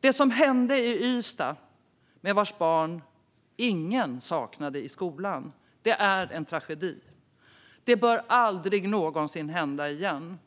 Det som hände Ystadbarnen, som ingen saknade i skolan, var en tragedi som aldrig bör hända igen.